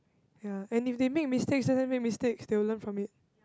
ya and if they make mistakes let them make mistakes they will learn from it